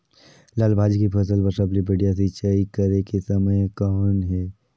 लाल भाजी के फसल बर सबले बढ़िया सिंचाई करे के समय कौन हे?